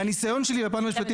מהניסיון שלי בפן המשפטי,